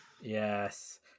Yes